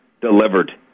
delivered